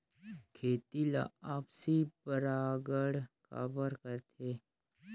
खेती ला आपसी परागण काबर करथे?